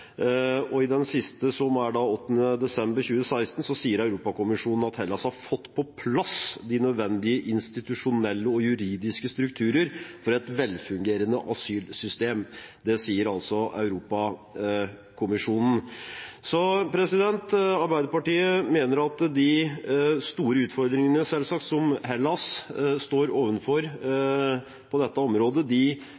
I den siste, som er fra 8. desember 2016, sier Europakommisjonen at Hellas har fått på plass de nødvendige institusjonelle og juridiske strukturer for et velfungerende asylsystem. Det sier altså Europakommisjonen. Arbeiderpartiet mener at de store utfordringene, selvsagt, som Hellas står